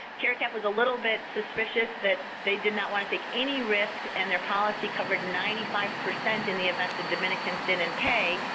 caricap was a little bit suspicious that they did not want to take any risk, and their policy covered ninety five percent in the event the dominicans didn't and pay,